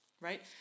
Right